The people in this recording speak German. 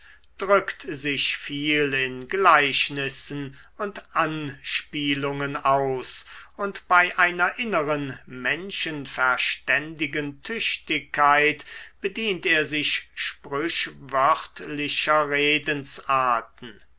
drückt sich viel in gleichnissen und anspielungen aus und bei einer inneren menschenverständigen tüchtigkeit bedient er sich sprüchwörtlicher redensarten